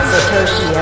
Satoshi